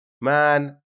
man